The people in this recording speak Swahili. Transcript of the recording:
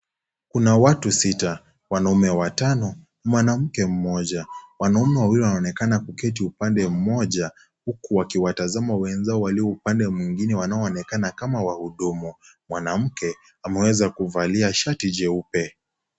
Kina watu sita, wanaume watano, mwanamke mmoja. Wanaume wawili wanaonekana kukeketi upande mmoja, huku wakiwatazama wenzao walio upande mwingine wanaoonekana kama wahudumu. Mwanamke ameweza kuvalia shati jeupe.